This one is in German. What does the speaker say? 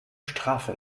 strafe